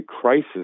crisis